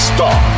Star